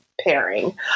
pairing